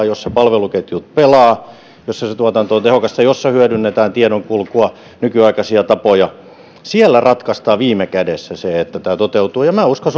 joissa palveluketjut pelaavat joissa se tuotanto on tehokasta joissa hyödynnetään tiedonkulkua nykyaikaisia tapoja siellä ratkaistaan viime kädessä se että tämä toteutuu ja minä uskon